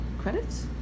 Credits